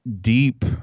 deep